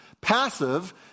Passive